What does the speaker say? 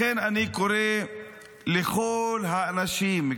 לכן אני קורא לכל האנשים,